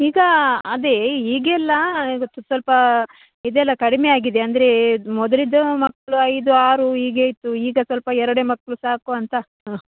ಈಗಾ ಅದೇ ಈಗೆಲ್ಲ ಇವತ್ತು ಸ್ವಲ್ಪಾ ಇದೆಲ್ಲ ಕಡಿಮೆ ಆಗಿದೆ ಅಂದರೆ ಮೊದಲಿದ್ದು ಮಕ್ಳು ಐದು ಆರು ಹೀಗೆ ಇತ್ತು ಈಗ ಸ್ವಲ್ಪ ಎರಡೆ ಮಕ್ಕಳು ಸಾಕು ಅಂತ ಹ್ಞ